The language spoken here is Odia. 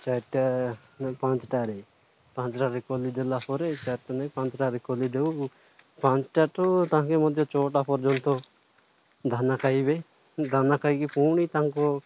ଚାରିଟା ପାଞ୍ଚଟାରେ ପାଞ୍ଚଟାରେ ଖୋଲି ଦେଲା ପରେ ଚାରିଟା ନାହିଁ ପାଞ୍ଚଟାରେ ଖୋଲି ଦେଉ ପାଞ୍ଚଟା ଠୁ ତାଙ୍କ ମଧ୍ୟ ଛଅଟା ପର୍ଯ୍ୟନ୍ତ ଦାନା ଖାଇବେ ଦାନା ଖାଇକି ପୁଣି ତାଙ୍କୁ